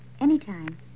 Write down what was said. Anytime